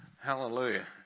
Hallelujah